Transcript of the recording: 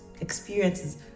experiences